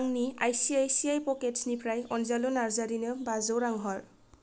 आंनि आइसिआइसिआइ पकेट्सनिफ्राय अनजालु नार्जारिनो बाजौ रां हर